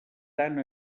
tant